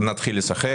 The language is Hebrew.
נתחיל לשחק...